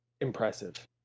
impressive